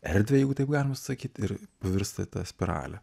erdvę jeigu taip galima sakyt ir pavirsta ta spirale